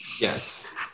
Yes